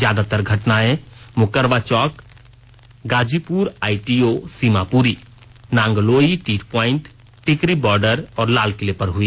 ज्यादातर घटनाएं मुकरबा चौक Ghazipur ITO Seemapuri Nangloi T point Tikri border और लालकिले पर हुई